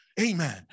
Amen